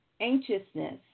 anxiousness